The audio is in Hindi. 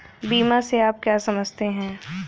बीमा से आप क्या समझते हैं?